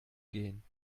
gehen